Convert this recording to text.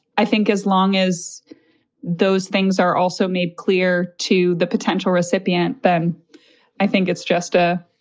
i think as long as those things are also made clear to the potential recipient, then i think it's just a.